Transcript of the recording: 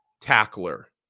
tackler